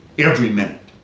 every minute.